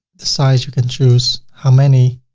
the size, you can choose how many,